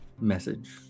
message